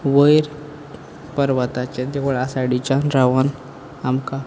वयर पर्वताच्या देवळा सायडीच्यान रावोन आमकां